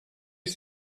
ich